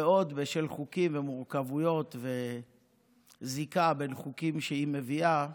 ויש עוד חוקים ומורכבויות וזיקה בין חוקים שהיא מביאה,